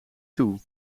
toe